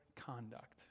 conduct